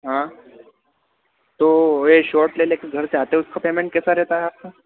हाँ तो ये शॉट लेने को घर से आते हो तो उसका पेमेंट कितना रहता है आपका